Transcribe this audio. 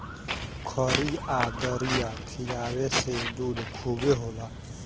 खरी आ दरिया खिआवे से दूध खूबे होला